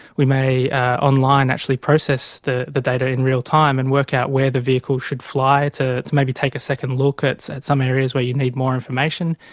we may online actually process the the data in real-time and work out where the vehicle should fly to maybe take a second look ah at some areas where you need more information.